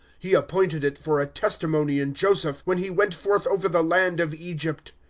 he appointed it for a testimony in joseph, when he went forth over the land of egypt,